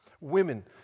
Women